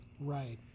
Right